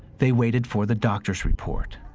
they waited for the doctor's report.